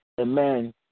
Amen